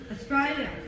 Australia